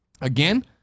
Again